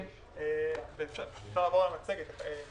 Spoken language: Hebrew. אפשר לעבור למצגת.